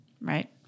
right